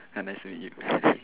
I nice to meet you